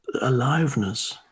aliveness